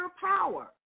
power